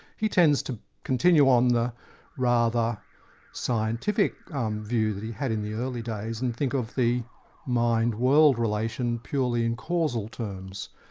he tends to continue on the rather scientific view that he had in the early days, and think of the mind-world relation purely in causal terms.